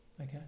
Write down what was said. Okay